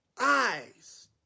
eyes